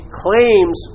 claims